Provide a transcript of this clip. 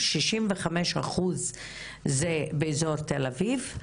65% זה באזור תל אביב,